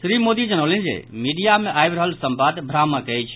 श्री मोदी जनौलनि जे मीडिया मे आबि रहल संवाद भ्रामक अछि